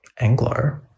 Anglo